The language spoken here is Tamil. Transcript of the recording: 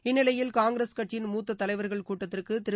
இந்நிலையில் காங்கிரஸ் கட்சியின் மூத்த தலைவர்கள் கூட்டத்திற்கு திரு